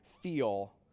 feel